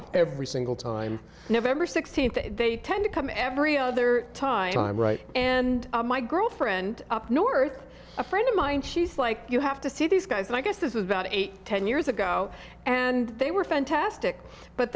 did every single time november sixteenth they tend to come every other time right and my girlfriend up north a friend of mine she's like you have to see these guys and i guess this is about eight ten years ago and they were fantastic but